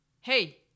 Hey